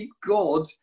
God